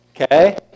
Okay